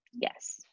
Yes